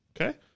Okay